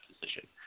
position